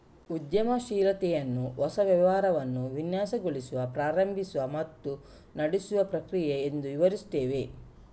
ಉದ್ಯಮಶೀಲತೆಯನ್ನು ಹೊಸ ವ್ಯವಹಾರವನ್ನು ವಿನ್ಯಾಸಗೊಳಿಸುವ, ಪ್ರಾರಂಭಿಸುವ ಮತ್ತು ನಡೆಸುವ ಪ್ರಕ್ರಿಯೆ ಎಂದು ವಿವರಿಸುತ್ತವೆ